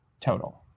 total